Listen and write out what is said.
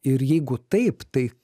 ir jeigu taip tai